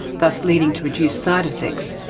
thus leading to reduced side effects,